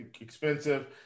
expensive